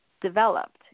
developed